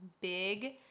big